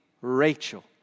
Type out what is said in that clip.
Rachel